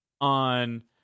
on